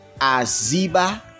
Aziba